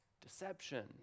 deception